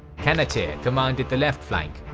qanateer commanded the left flank,